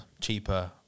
cheaper